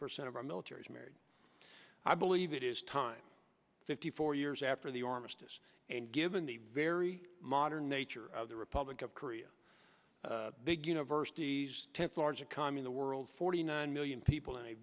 percent of our military is married i believe it is time fifty five for years after the armistice and given the very modern nature of the republic of korea big universities temps large and calm in the world forty nine million people in a